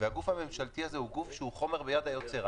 והגוף הממשלתי הזה הוא גוף שהוא חומר ביד היוצר.